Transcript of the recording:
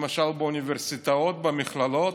למשל, באוניברסיטאות, במכללות?